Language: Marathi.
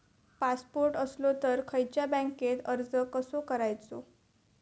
पासपोर्ट असलो तर खयच्या बँकेत अर्ज कसो करायचो?